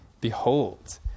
behold